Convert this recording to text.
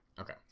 okay